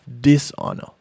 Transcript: dishonor